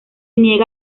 niega